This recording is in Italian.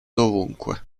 dovunque